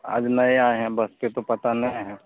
आज नए आए हैं बस पर तो पता नहीं है